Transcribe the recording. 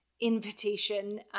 invitation